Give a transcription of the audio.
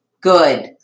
Good